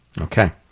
Okay